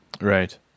Right